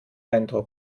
eindruck